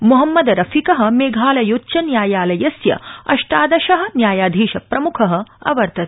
मोहम्मद रफिक मेघालयोच्चन्यायालयस्य अष्टादश न्यायाधीश प्रमुख अवर्तत